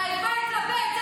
איפה ואיפה.